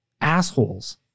assholes